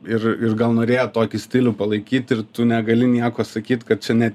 ir ir gal norėjo tokį stilių palaikyt ir tu negali nieko sakyt kad čia ne